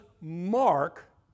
mark